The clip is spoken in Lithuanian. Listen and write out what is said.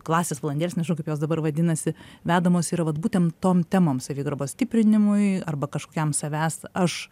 klasės valandėlės nežinau kaip jos dabar vadinasi vedamos yra vat būtem tom temom savigarbos stiprinimui arba kažkokiam savęs aš